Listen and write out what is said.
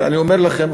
ואני אומר לכם,